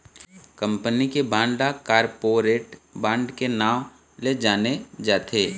company के bond ल corporate bond के नांव ले जाने जाथे